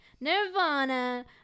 Nirvana